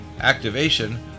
activation